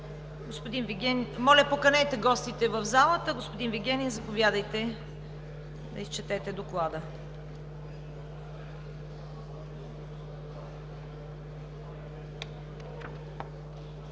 Моля, поканете гостите в залата. Господин Вигенин, заповядайте да изчетете доклада.